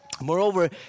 Moreover